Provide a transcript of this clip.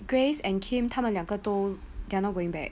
grace and came 他们两个都 they're not going back